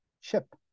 ship